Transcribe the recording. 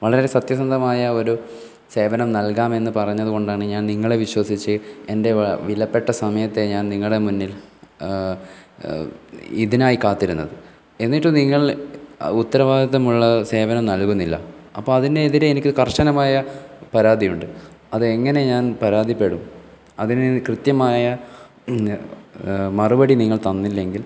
വളരെ സത്യസന്ധമായ ഒരു സേവനം നൽകാമെന്ന് പറഞ്ഞത് കൊണ്ടാണ് ഞാൻ നിങ്ങളെ വിശ്വസിച്ച് എൻ്റെ വിലപ്പെട്ട സമയത്തെ ഞാൻ നിങ്ങളെ മുന്നിൽ ഇതിനായി കാത്തിരുന്നത് എന്നിട്ട് നിങ്ങൾ ഉത്തരവാദിത്തമുള്ള സേവനം നൽക്കുന്നില്ല അപ്പം അതിന് എതിരെ എനിക്ക് കർശനമായ പരാതിയുണ്ട് അത് എങ്ങനെ ഞാൻ പരാതിപ്പെടും അതിന് കൃത്യമായ പിന്നെ മറുപടി നിങ്ങൾ തന്നില്ലെങ്കിൽ